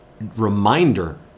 reminder